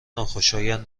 ناخوشایند